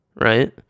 right